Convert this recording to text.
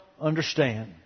understand